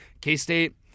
k-state